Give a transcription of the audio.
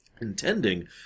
Intending